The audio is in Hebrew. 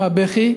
עם הבכי,